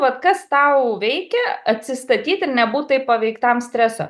vat kas tau veikia atsistatyt ir nebūt taip paveiktam streso